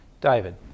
David